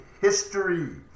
history